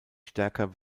stärker